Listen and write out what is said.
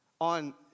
on